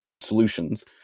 solutions